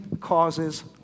causes